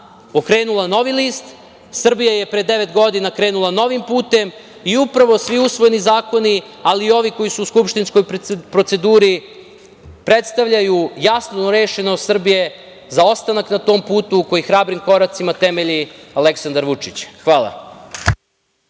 okrenula novi list. Srbija je pre devet godina krenula novim putem i upravo svi usvojeni zakoni, ali i ovi koji su u skupštinskoj proceduri predstavljaju jasnu rešenost Srbije za ostanak na tom putu koji hrabrim koracima temelji Aleksandar Vučić. Hvala.